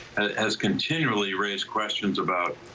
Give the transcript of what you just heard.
has continually raise questions about.